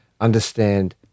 understand